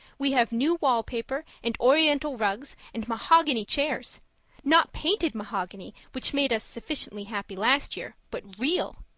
we have new wall paper and oriental rugs and mahogany chairs not painted mahogany which made us sufficiently happy last year, but real.